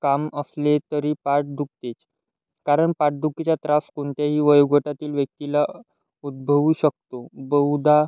काम असले तरी पाठ दुखतेच कारण पाठदुखीचा त्रास कोणत्याही वयोगटातील व्यक्तीला उद्भवू शकतो बहुधा